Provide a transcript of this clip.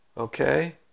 Okay